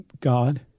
God